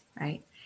right